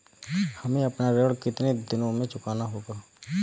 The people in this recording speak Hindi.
हमें अपना ऋण कितनी दिनों में चुकाना होगा?